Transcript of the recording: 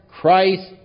Christ